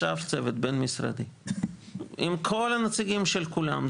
ישב צוות בין-משרדי עם כל הנציגים של כולם.